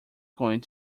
going